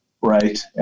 Right